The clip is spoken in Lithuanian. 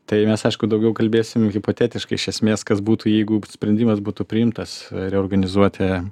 tai mes aišku daugiau kalbėsim hipotetiškai iš esmės kas būtų jeigu sprendimas būtų priimtas reorganizuoti